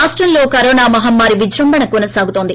రాష్టంలో కరోనా మహమ్మారి విజృంభణ కొనసాగుతోంది